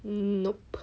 nope